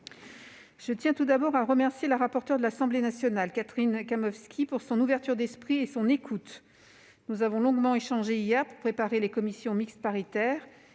Je tiens tout d'abord à remercier la rapporteure de l'Assemblée nationale, Catherine Kamowski, pour son ouverture d'esprit et son écoute. Nous avons longuement échangé hier pour préparer les commissions mixtes paritaires